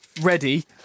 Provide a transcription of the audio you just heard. ready